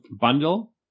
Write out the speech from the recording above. bundle